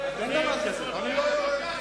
אנחנו נחכה, אני לא יורד.